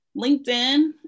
LinkedIn